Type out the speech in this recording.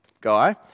guy